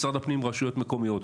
משרד הפנים, רשויות מקומיות.